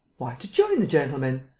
why, to join the gentlemen.